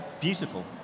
Beautiful